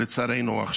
לצערנו.